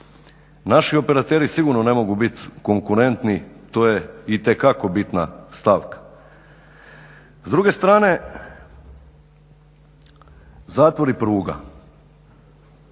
Naši operateri sigurno ne mogu bit konkurentni. To je itekako bitna stavka. S druge strane zatvor i pruga.